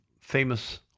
famous